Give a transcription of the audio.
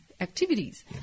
activities